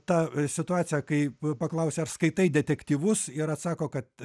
ta situacija kai paklausi ar skaitai detektyvus ir atsako kad